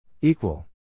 Equal